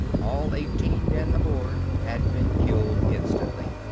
all eighteen men aboard had been killed instantly.